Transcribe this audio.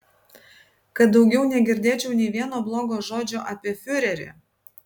kad daugiau negirdėčiau nė vieno blogo žodžio apie fiurerį